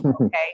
okay